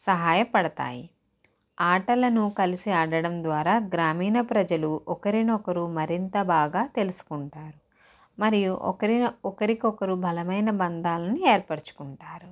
సహాయపడతాయి ఆటలను కలిసి ఆడటం ద్వారా గ్రామీణ ప్రజలు ఒకరినొకరు మరింత బాగా తెలుసుకుంటారు మరియు ఒకరినొ ఒకరికొకరు బలమైన బంధాలని ఏర్పరచుకుంటారు